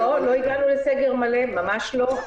לא, לא הגענו לסגר מלא, ממש לא.